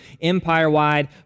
empire-wide